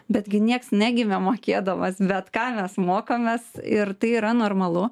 betgi nieks negimė mokėdamas bet ką mes mokomės ir tai yra normalu